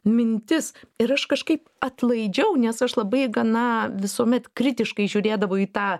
mintis ir aš kažkaip atlaidžiau nes aš labai gana visuomet kritiškai žiūrėdavau į tą